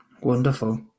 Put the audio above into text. wonderful